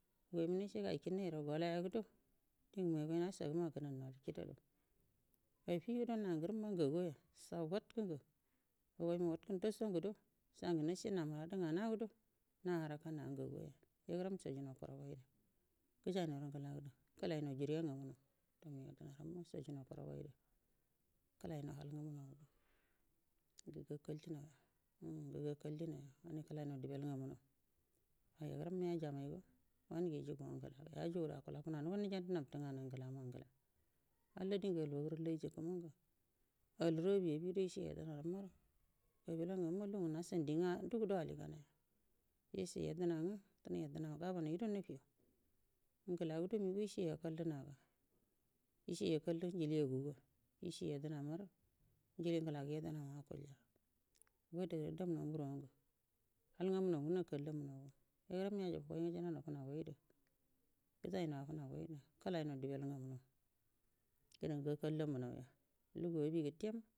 Hugoima nashe gai kiunaro golauyado digu hugoi nashagu mangu gannaugu kidadu afido na guruma ngaguwaya sa watkungu hugoima watku ndaso ngudo sangu nashe na muradu ngana gudo na harakana ngagu waya yagəran chiyunau kunagoidu gujainauru ngaldu kəlainau juriya ngamunau dugoi shaguhau kuragaidu kəlainau hal ngannaudu gudu gakallinauwa ngu gakallinauwa ani kəlaiwau dibel ngamuwa yagəramma yaji jammaigo wanungu yujuguwangu ngla ya jugudu akula fonanugo nujandu nabtu nganu ngula mangu ngla hall dingy aluwa guru fayi jika mangu alumu ali abido ishe yedalnorai maru kabila ngamma lugu ngu nashanu di nga dugudo ali gauja yashe yedena nga dinai yedən a ma gabamaido nufu ngla gada migo ishe yakallu naga ishe yakallu njilegaga ishe yedəna mar njili uglagu yadənaura akulya yo adare dumau mburuwangu hl nganunau nakalli munauga yaguram yajafugai nga gayinaruu funagoidu gujainau wa unagoidu kəlainau dibel ngammau gudə ngu gakallu munauya lugu abi guttema.